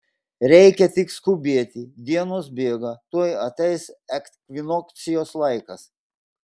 reikia tik skubėti dienos bėga tuoj ateis ekvinokcijos laikas